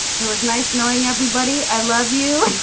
it was nice knowing everybody. i love you